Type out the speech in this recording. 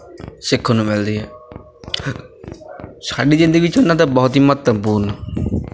ਸਿੱਖਣ ਨੂੰ ਮਿਲਦੀ ਹੈ ਸਾਡੀ ਜ਼ਿੰਦਗੀ ਵਿੱਚ ਉਹਨਾਂ ਦਾ ਬਹੁਤ ਹੀ ਮਹੱਤਵਪੂਰਨ